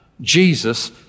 Jesus